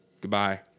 goodbye